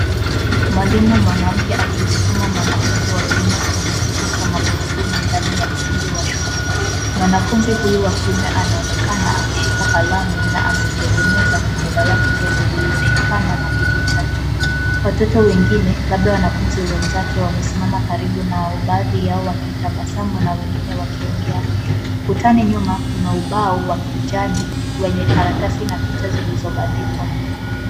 Mwalimu mwanamke akimsukuma mwanafunzi wa kiume kwenye kiti cha magarudumu ndani ya ukumbi wa shule. Mwanafunzi huyu wa kiume anaonekana akishika kalamu na anajiegemeza kwenye dawati dogo lililoshikana na kiti chake. Watoto wengine, labda wanafunzi wenzake wamesimama karibu nao baadhi yao wakitabasamu na wengine wakiongea. Ukutani nyuma kuna ubao wa kijani wenye karatasi na picha zilizobandikwa.